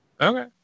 Okay